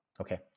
okay